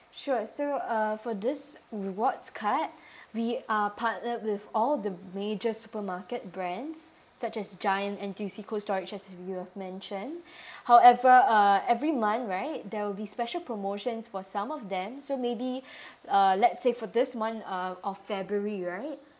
sure so uh for this rewards card we are partnered with all the major supermarket brands such as giant N_T_U_C cold storage just have you've mentioned however uh every month right there will be special promotions for some of them so maybe uh let's say for this month uh of february right